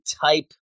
type